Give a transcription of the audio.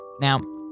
Now